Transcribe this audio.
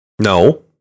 no